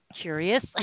curious